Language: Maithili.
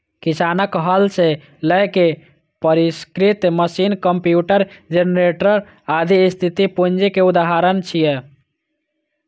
किसानक हल सं लए के परिष्कृत मशीन, कंप्यूटर, जेनरेटर, आदि स्थिर पूंजी के उदाहरण छियै